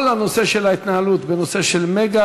כל הנושא של ההתנהלות ב"מגה",